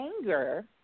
anger